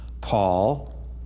Paul